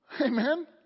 Amen